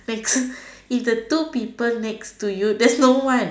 thank is the two people next to you there's no one